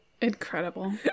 Incredible